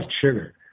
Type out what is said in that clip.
sugar